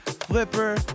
Flipper